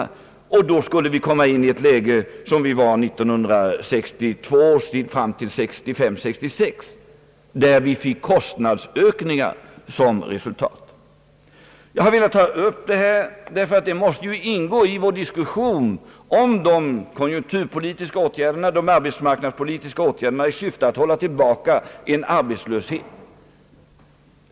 Då skulle vi få ett sådant läge som vi hade 1962 och fram till 1965— 1966, då vi fick kostnadsökningar som resultat. Jag har velat ta upp detta resonemang eftersom det ju måste ingå i vår diskussion om de konjunkturpolitiska och arbetsmarknadspolitiska åtgärderna i syfte att hålla tillbaka arbetslösheten.